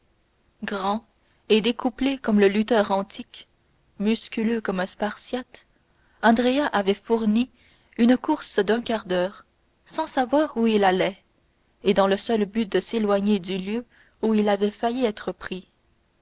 grand et découplé comme le lutteur antique musculeux comme un spartiate andrea avait fourni une course d'un quart d'heure sans savoir où il allait et dans le but seul de s'éloigner du lieu où il avait failli être pris